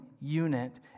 unit